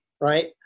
Right